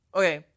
okay